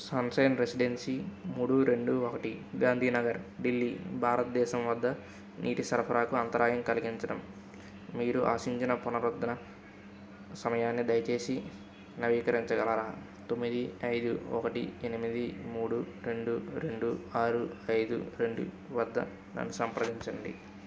sunshine Residency మూడు రెండు ఒకటి గాంధీ నగర్ ఢిల్లీ భారత్దేశం వద్ద నీటి సరఫరాకు అంతరాయం కలిగించడం మీరు ఆశించిన పునరుద్ధరణ సమయాన్ని దయచేసి నవీకరించగలరా తొమ్మిది ఐదు ఒకటి ఎనిమిది మూడు రెండు రెండు ఆరు ఐదు రెండు వద్ద నన్ను సంప్రదించండి